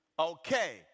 Okay